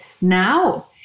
Now